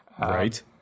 Right